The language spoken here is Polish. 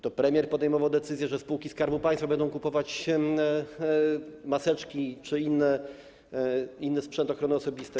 To premier podejmował decyzje, że spółki Skarbu Państwa będą kupować maseczki czy inny sprzęt ochrony osobistej.